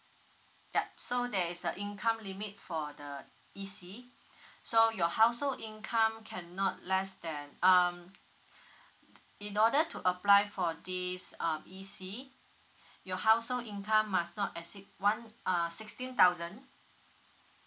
yup so there is a income limit for the E_C so your household income cannot less than um in order to apply for this um E_C your household income must not exceed one uh sixteen thousand